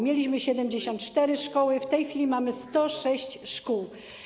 Mieliśmy 74 szkoły, w tej chwili mamy 106 szkół.